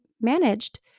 managed